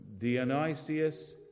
Dionysius